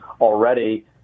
already